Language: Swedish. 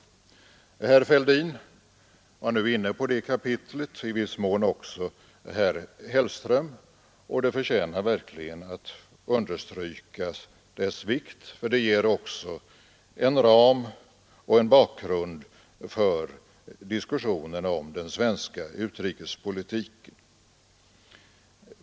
Herr Fälldin var inne på det kapitlet, i viss mån också herr Hellström, och dess vikt förtjänar verkligen att understrykas; det ger också en ram och en bakgrund till diskussionerna om den svenska utrikespolitiken.